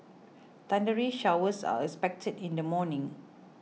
thundery showers are expected in the morning